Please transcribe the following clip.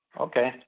Okay